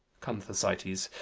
come, thersites,